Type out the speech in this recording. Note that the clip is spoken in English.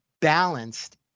balanced